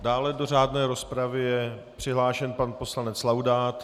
Dále do řádné rozpravy je přihlášen pan poslanec Laudát.